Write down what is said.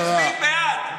אתם מצביעים בעד.